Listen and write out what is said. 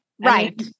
Right